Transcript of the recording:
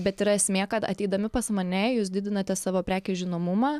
bet yra esmė kad ateidami pas mane jūs didinate savo prekės žinomumą